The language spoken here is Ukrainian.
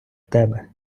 тебе